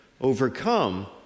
Overcome